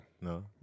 No